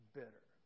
bitter